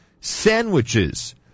sandwiches